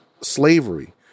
slavery